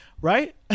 right